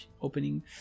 opening